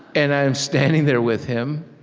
and i am standing there with him,